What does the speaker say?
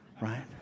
right